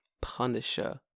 Punisher